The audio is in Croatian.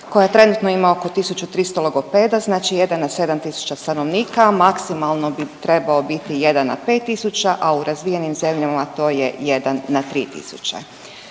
koja trenutno ima oko 1.300 logopeda znači jedan na 7.000 stanovnika, maksimalno bi trebao biti jedan na 5.000, a u razvijenim zemljama to je jedan na 3.000